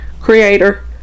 creator